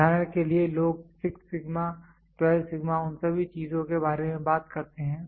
उदाहरण के लिए लोग 6 12 उन सभी चीजों के बारे में बात करते हैं